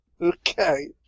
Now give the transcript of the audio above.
Okay